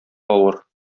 авыр